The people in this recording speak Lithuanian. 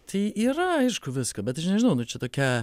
tai yra aišku visko bet aš nežinau nu čia tokia